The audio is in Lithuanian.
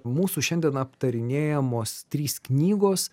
mūsų šiandien aptarinėjamos trys knygos